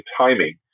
timing